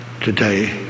today